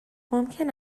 ممکن